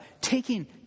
Taking